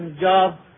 job